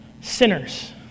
sinners